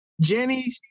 Jenny